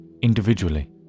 individually